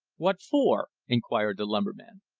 what for? inquired the lumberman.